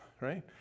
right